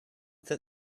that